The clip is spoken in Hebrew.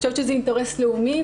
אני חושבת שזה אינטרס לאומי,